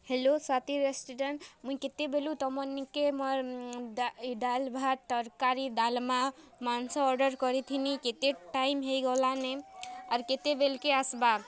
hello Swati restaurant ମୁଇଁ କେତେବେଲୁ ତମର୍ ନିକେ ମୋର୍ ଇ ଡ଼ାଏଲ୍ ଭାତ୍ ତର୍କାରି ଡ଼ାଲ୍ମା ମାଂସ ଅର୍ଡ଼ର୍ କରିଥିଲି କେତେ ଟାଇମ୍ ହେଇଗଲାନେ ଆର୍ କେତେବେଲ୍ କେ ଆସ୍ବା